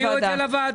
תביאו את זה לוועדה.